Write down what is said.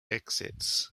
exits